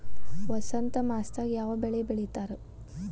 ವಸಂತ ಮಾಸದಾಗ್ ಯಾವ ಬೆಳಿ ಬೆಳಿತಾರ?